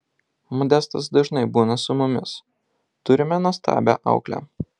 modestas dažnai būna su mumis turime nuostabią auklę